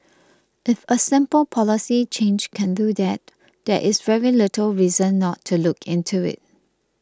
if a simple policy change can do that there is very little reason not to look into it